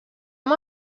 amb